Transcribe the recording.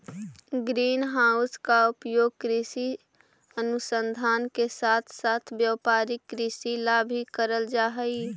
green house का उपयोग कृषि अनुसंधान के साथ साथ व्यापारिक कृषि ला भी करल जा हई